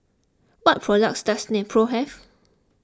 what products does Nepro have